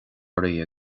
oraibh